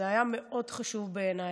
זה היה מאוד חשוב בעיניי,